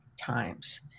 times